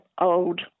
old